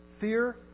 Fear